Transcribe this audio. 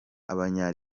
abanya